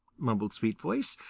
mumbled sweetvoice.